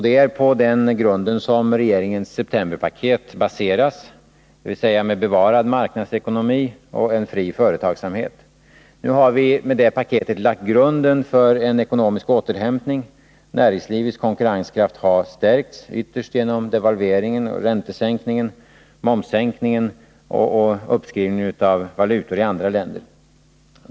Det är på den grunden som regeringens septemberpaket baseras, dvs. med bevarad marknadsekonomi och en fri företagsamhet. Nu har vi med det paketet lagt grunden för en ekonomisk återhämtning. Näringslivets konkurrenskraft har stärkts, ytterst genom devalveringen, räntesänkningen, momssänkningen och uppskrivningen av valutor i andra länder.